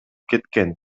кеткен